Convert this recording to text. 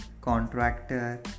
contractor